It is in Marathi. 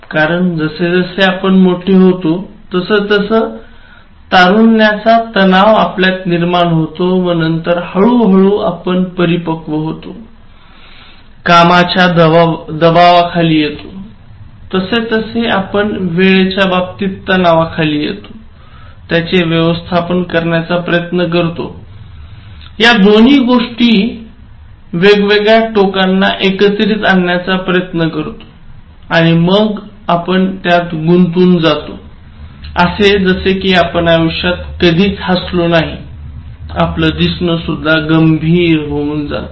कारण जसजसे आपण मोठे होतो तसतसे तारुण्याचा तणाव आपल्यात निर्माण होतो व नंतर हळू हळू आपण परिपक्व होतो कामाच्या दबावाखाली येतो तसे तसे आपण वेळेच्याबाबतीत तणावाखाली येतो त्याचे व्यवस्थापन करण्याचा प्रयत्न करतो या दोन्ही वेगवेगळ्या टोकांना एकत्रित आणण्याचा प्रयत्न करतो आणि मग आपण त्यात गुंतून जातो असे जसे कि आपण आयुष्यात कधीच हसलो नाही आपलं दिसणं सुद्धा गंभीर होऊन जात